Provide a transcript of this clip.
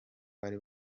bari